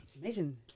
amazing